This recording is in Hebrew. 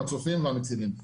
המצופים והמצילים.